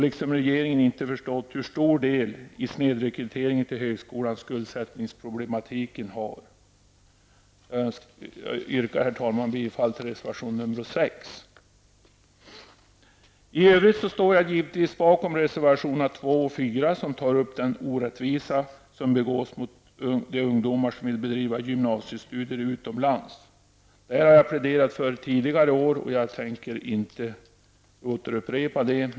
Liksom regeringen har man inte förstått hur stor del skuldsättningsproblematiken har i snedrekryteringen till högskolan. Jag yrkar bifall till reservation nr 6. I övrigt står jag givetvis bakom reservationerna nr 2 och 4 som tar upp den orättvisa som begås mot de ungdomar som vill bedriva gymnasiestudier utomlands. Det har jag pläderat för tidigare år, och jag tänker inte återupprepa det.